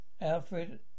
Alfred